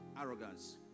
arrogance